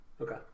Okay